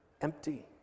empty